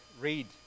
read